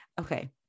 okay